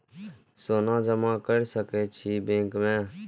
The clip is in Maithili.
सोना जमा कर सके छी बैंक में?